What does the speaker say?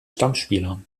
stammspieler